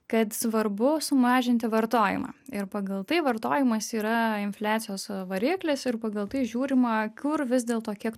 kad svarbu sumažinti vartojimą ir pagal tai vartojimas yra infliacijos variklis ir pagal tai žiūrima kur vis dėl to kiek